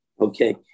Okay